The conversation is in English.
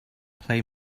play